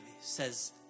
says